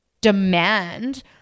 demand